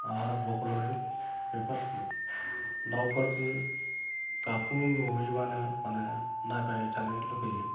आरो बगल'रि बेफोर दाउफोरनि गाबखौ नुयोब्लानो माने नायबाय थानो लुगैयो